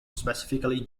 specifically